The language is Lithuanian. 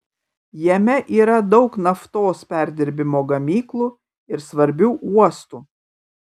jame yra daug naftos perdirbimo gamyklų ir svarbių uostų